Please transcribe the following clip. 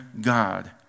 God